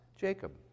Jacob